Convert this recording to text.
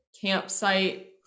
campsite